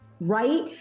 right